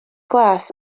glas